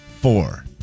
four